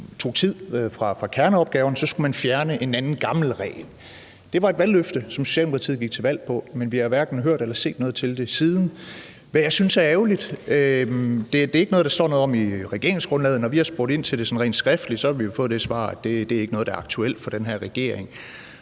tog tid fra kerneopgaven, skulle man fjerne en anden gammel regel. Det var et valgløfte, som Socialdemokratiet gik til valg på, men vi har hverken hørt eller set noget til det siden, hvad jeg synes er ærgerligt. Det er ikke noget, der står noget om i regeringsgrundlaget. Når vi har spurgt ind til det sådan rent skriftligt, har vi jo fået det svar, at det ikke er noget, der er aktuelt for den her regering.